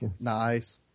Nice